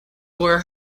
were